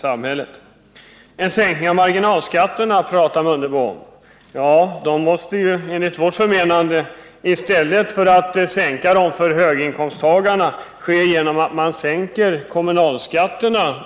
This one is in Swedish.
Ingemar Mundebo talar om en sänkning av marginalskatterna. Enligt vårt förmenande bör marginalskatterna nedbringas genom att man i stället sänker kommunalskatterna.